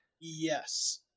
Yes